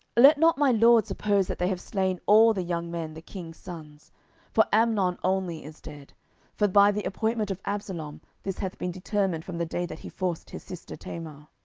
let not my lord suppose that they have slain all the young men the king's sons for amnon only is dead for by the appointment of absalom this hath been determined from the day that he forced his sister tamar.